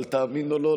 אבל תאמין או לא,